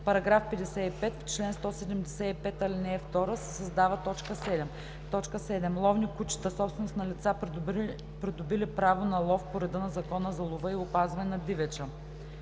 § 55: „§ 55. В чл. 175, ал. 2 се създава т. 7: „7. ловни кучета, собственост на лица, придобили право на лов по реда на Закона за лова и опазване на дивеча.“